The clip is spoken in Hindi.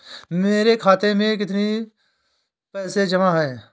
मेरे खाता में कितनी पैसे जमा हैं?